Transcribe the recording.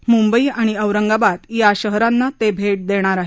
ते मुंबई आणि औरंगाबाद या शहरांना भेट देणार आहेत